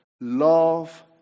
love